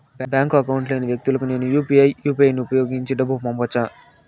Bank account లేని వ్యక్తులకు నేను యు పి ఐ యు.పి.ఐ ను ఉపయోగించి డబ్బు పంపొచ్చా?